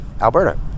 Alberta